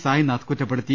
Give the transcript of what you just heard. Sainath കൂറ്റപ്പെടുത്തി